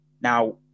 Now